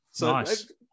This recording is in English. Nice